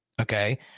okay